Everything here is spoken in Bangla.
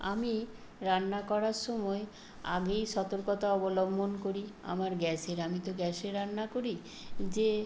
আমি রান্না করার সময় আগেই সতর্কতা অবলম্বন করি আমার গ্যাসের আমি তো গ্যাসে রান্না করি যে